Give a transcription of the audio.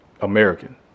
American